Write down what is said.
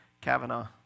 Kavanaugh